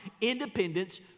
independence